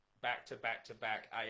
back-to-back-to-back